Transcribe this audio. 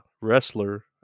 wrestler